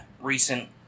recent